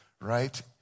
right